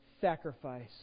sacrifice